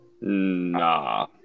Nah